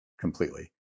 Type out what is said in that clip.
completely